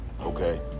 okay